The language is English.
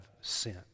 sent